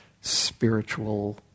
spiritual